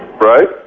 right